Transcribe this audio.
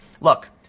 Look